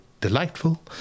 delightful